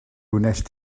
wnest